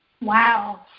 Wow